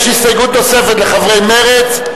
יש הסתייגות נוספת לחברי מרצ,